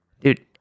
Dude